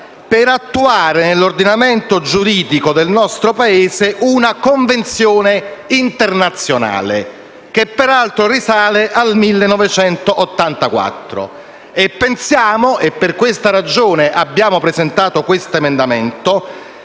per attuare nell'ordinamento giuridico del nostro Paese una convenzione internazionale, che peraltro risale al 1984. E pensiamo - per questa ragione, ripeto, abbiamo presentato questo emendamento